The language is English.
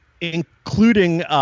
Including